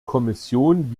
kommission